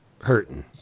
hurting